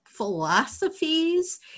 philosophies